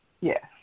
Yes